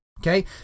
Okay